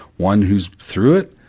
one who's through it,